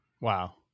Wow